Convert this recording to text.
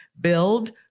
Build